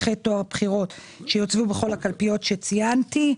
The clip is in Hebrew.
בכל הקלפיות שציינתי,